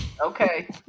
okay